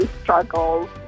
struggles